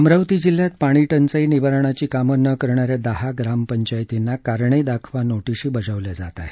अमरावती जिल्ह्यात पाणी टंचाई निवारणाची कामं न करणाऱ्या दहा ग्रामपंचायतींना कारणे दाखवा नोटीशी बजावल्या जात आहेत